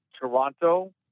Toronto